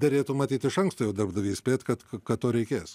derėtų matyt iš anksto jau darbdavį įspėt kad kad to reikės